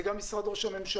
זה גם משרד ראש הממשלה,